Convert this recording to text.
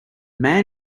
man